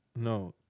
No